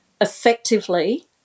effectively